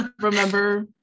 remember